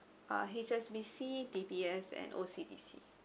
uh H_S_B_C D_B_S and O_C_B_C